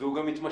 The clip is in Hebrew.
והוא גם מתמשך,